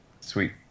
Sweet